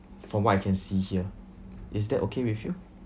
from what I can see here is that okay with you